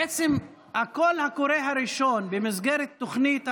בעצם הקול הקורא הראשון במסגרת תוכנית החומש,